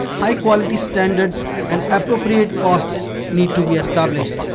high quality standards and appropriate costs needs to be established.